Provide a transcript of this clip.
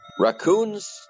Raccoons